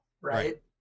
right